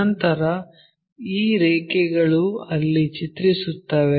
ನಂತರ ಈ ರೇಖೆಗಳು ಅಲ್ಲಿ ಚಿತ್ರಿಸುತ್ತವೆ